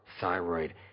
thyroid